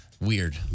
weird